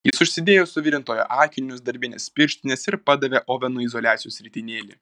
jis užsidėjo suvirintojo akinius darbines pirštines ir padavė ovenui izoliacijos ritinėlį